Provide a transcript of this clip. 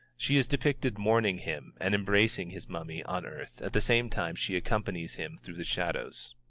she is depicted mourning him and embracing his mummy on earth at the same time she accompanies him through the shadows.